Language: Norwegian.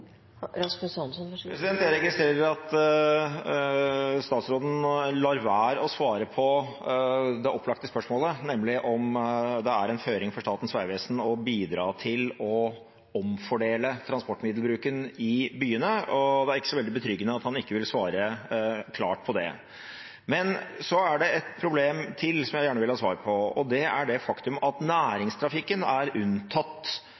Jeg registrerer at statsråden lar være å svare på det opplagte spørsmålet, nemlig om det er en føring for Statens vegvesen å bidra til å omfordele transportmiddelbruken i byene. Det er ikke så veldig betryggende at han ikke vil svare klart på det. Det er et problem til som jeg gjerne vil ha svar på, og det er det faktum at næringstrafikken er unntatt